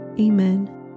Amen